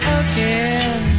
again